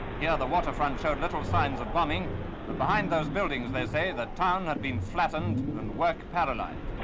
yeah the waterfront showed little signs of bombing, but behind those buildings, they say the town had been flattened and work paralyzed.